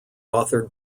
authored